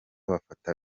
bafata